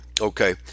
Okay